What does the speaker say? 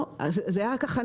לא, זאת היתה רק הכנה.